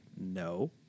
No